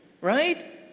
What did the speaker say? Right